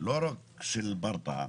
לא רק של ברטעה,